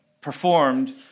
performed